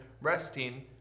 resting